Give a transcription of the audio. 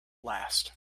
last